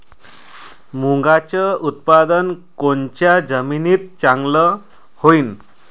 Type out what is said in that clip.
मुंगाचं उत्पादन कोनच्या जमीनीत चांगलं होईन?